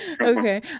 Okay